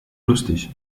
lustig